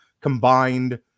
combined